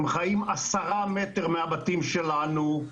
הם חיים עשרה מטרים מהבתים שלנו,